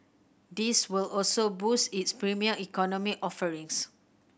this will also boost its Premium Economy offerings